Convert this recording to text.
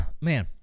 Man